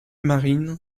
marine